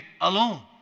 alone